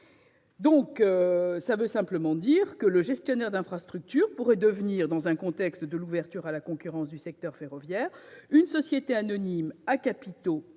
En d'autres termes, le gestionnaire d'infrastructure pourrait devenir, dans le contexte de l'ouverture à la concurrence du secteur ferroviaire, une société anonyme à capitaux